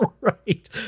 Right